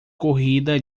corrida